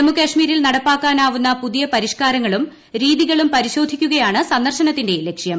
ജമ്മു കശ്മീരിൽ നടപ്പാക്കാനാവുന്ന പുതിയ പരിഷ്ക്കൂർങ്ങളും രീതികളും പരിശോധിക്കുകയാണ് സന്ദർശനത്തിന്റെ ലക്ഷ്യം